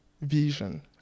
vision